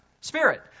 spirit